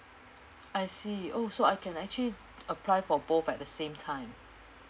I see oh so I can actually apply for both at the same time